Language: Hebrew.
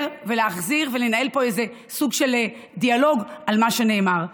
ולהחזיר ולנהל פה איזה סוג של דיאלוג על מה שנאמר.